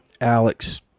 Alex